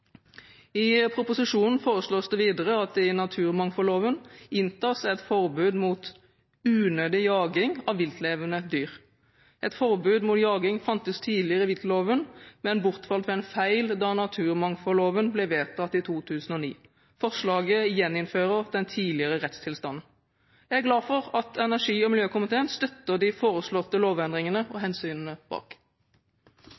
I proposisjonen foreslås det videre at det i naturmangfoldloven inntas et forbud mot unødig jaging av viltlevende dyr. Et forbud mot jaging fantes tidligere i viltloven, men det bortfalt ved en feil da naturmangfoldloven ble vedtatt i 2009. Forslaget gjeninnfører den tidligere rettstilstanden. Jeg er glad for at energi- og miljøkomiteen støtter de foreslåtte lovendringene og